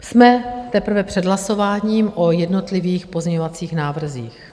Jsme teprve před hlasováním o jednotlivých pozměňovacích návrzích.